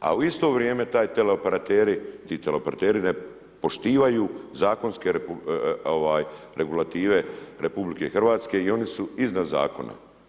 a u isto vrijeme ti teleoperateri ne poštivaju zakonske regulative RH i oni su iznad zakona.